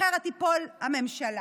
אחרת תיפול הממשלה.